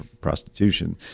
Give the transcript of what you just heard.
prostitution